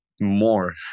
more